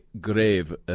grave